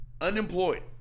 Unemployed